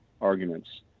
arguments